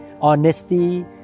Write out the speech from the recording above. honesty